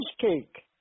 cheesecake